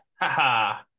Ha-ha